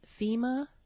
FEMA